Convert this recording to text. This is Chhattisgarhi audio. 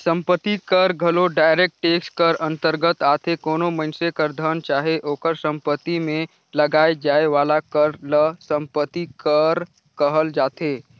संपत्ति कर घलो डायरेक्ट टेक्स कर अंतरगत आथे कोनो मइनसे कर धन चाहे ओकर सम्पति में लगाए जाए वाला कर ल सम्पति कर कहल जाथे